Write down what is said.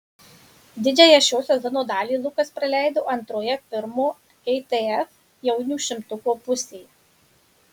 didžiąją šio sezono dalį lukas praleido antroje pirmo itf jaunių šimtuko pusėje